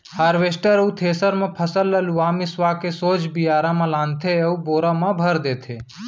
harvester अउ थेसर म फसल ल लुवा मिसवा के सोझ बियारा म लानथे अउ बोरा म भर देथे